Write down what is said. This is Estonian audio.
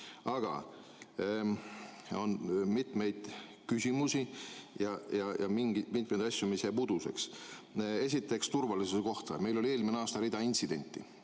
Aga on mitmeid küsimusi ja mitmeid asju, mis jäävad uduseks. Esiteks turvalisuse kohta. Meil oli eelmisel aastal rida intsidente,